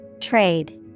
Trade